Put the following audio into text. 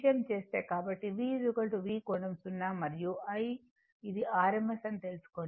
కాబట్టి V V కోణం 0 మరియు I ఇది rms అని తెలుసుకోండి